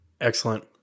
Excellent